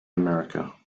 america